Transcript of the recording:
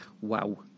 Wow